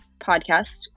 podcast